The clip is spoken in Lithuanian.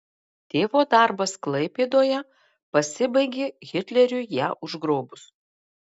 tėvo darbas klaipėdoje pasibaigė hitleriui ją užgrobus